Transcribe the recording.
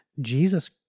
Jesus